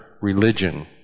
religion